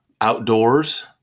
Outdoors